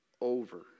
over